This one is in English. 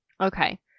Okay